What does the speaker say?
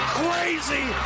crazy